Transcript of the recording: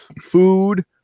food